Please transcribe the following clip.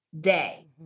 day